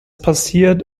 passiert